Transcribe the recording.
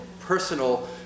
personal